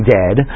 dead